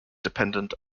dependent